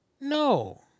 No